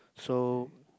so